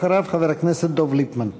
אחריו, חבר הכנסת דב ליפמן.